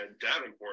Davenport